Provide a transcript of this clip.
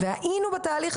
עלי,